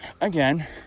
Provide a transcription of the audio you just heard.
Again